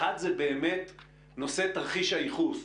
אחד זה נושא תרחיש הייחוס.